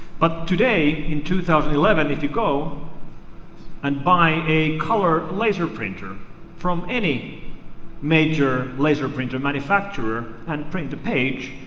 but today, in two thousand and eleven, if you go and buy a color laser printer from any major laser printer manufacturer and print a page,